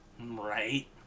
Right